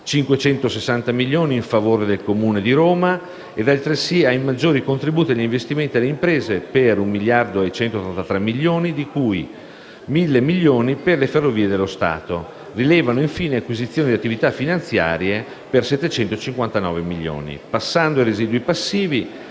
560 milioni in favore del Comune di Roma e altresì ai maggiori contributi agli investimenti alle imprese per 1 miliardo e 183 milioni, di cui 1.000 milioni per le Ferrovie dello Stato. Rilevano, infine, acquisizioni di attività finanziarie per 759 milioni. Passando ai residui passivi,